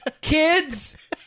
Kids